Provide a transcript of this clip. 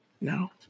No